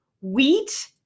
wheat